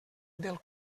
del